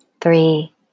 three